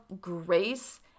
grace